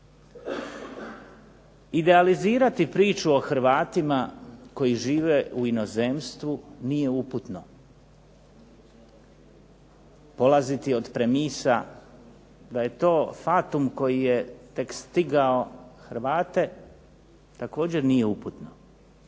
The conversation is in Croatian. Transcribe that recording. Idealizirati priču o Hrvatima koji žive u inozemstvu, nije uputno. Polaziti od premisa da je to fatum koji je tek stigao Hrvate također nije uputno.